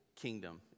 kingdom